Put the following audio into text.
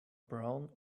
brown